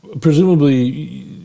presumably